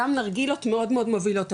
גם נרגילות מאוד מאוד מובילות,